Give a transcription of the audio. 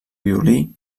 violí